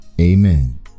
Amen